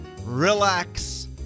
relax